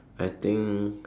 I think